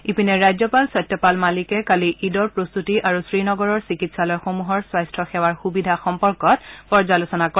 ইপিনে ৰাজ্যপাল সত্যপাল মালিকে কালি ঈদৰ প্ৰস্তুতি আৰু শ্ৰীনগৰৰ চিকিৎসালয়সমূহৰ স্বাস্থ্য সেৱাৰ সুবিধা সম্পৰ্কত পৰ্যালোচনা কৰে